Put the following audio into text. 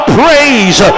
praise